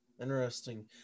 Interesting